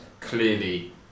clearly